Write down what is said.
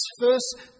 first